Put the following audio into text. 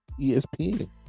ESPN